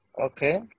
Okay